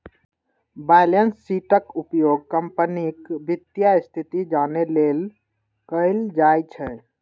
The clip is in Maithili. बैलेंस शीटक उपयोग कंपनीक वित्तीय स्थिति जानै लेल कैल जाइ छै